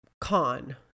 con